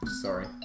Sorry